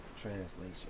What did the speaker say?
translation